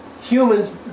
Humans